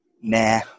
Nah